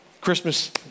Christmas